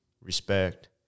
respect